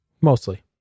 mostly